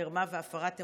מרמה והפרת אמונים?